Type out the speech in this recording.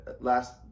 last